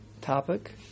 topic